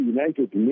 United